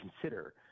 consider